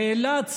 נאלץ,